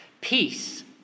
Peace